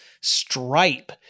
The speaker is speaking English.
Stripe